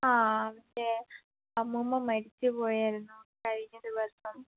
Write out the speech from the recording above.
ആ അവൻ്റെ അമ്മൂമ്മ മരിച്ചു പോയായിരുന്നു കഴിഞ്ഞ ദിവസം